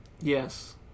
yes